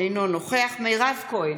אינו נוכח מירב כהן,